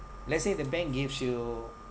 let's say the bank gives you